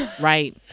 Right